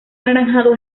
anaranjado